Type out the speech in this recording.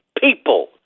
people